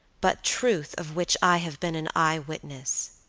but truth of which i have been an eyewitness.